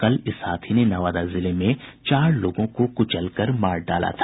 कल इस हाथी ने नवादा जिले में चार लोगों को कुचलकर मार डाला था